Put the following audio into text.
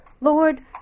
Lord